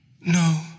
No